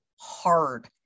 hard